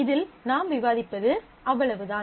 இதில் நாம் விவாதிப்பது அவ்வளவுதான்